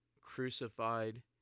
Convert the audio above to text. crucified